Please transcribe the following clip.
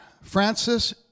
Francis